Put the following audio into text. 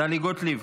טלי גוטליב,